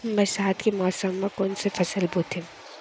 बरसात के मौसम मा कोन से फसल बोथे?